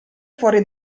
fuori